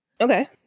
Okay